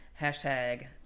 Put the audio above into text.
Hashtag